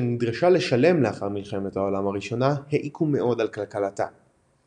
שנדרשה לשלם לאחר מלחמת העולם הראשונה העיקו מאוד על כלכלתה.